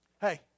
hey